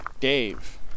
Dave